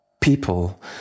people